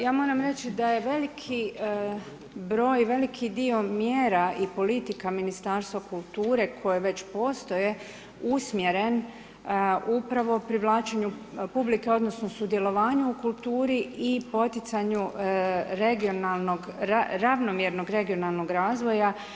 Ja moram reći da je veliki broj, veliki dio mjera i politika Ministarstva kulture koje već postoje, usmjeren upravo privlačenju publike odnosno sudjelovanju u kulturi i poticanju ravnomjerno regionalnog razvoja.